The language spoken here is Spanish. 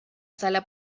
sala